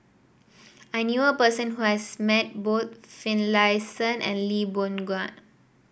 I knew a person who has met both Finlayson and Lee Boon Ngan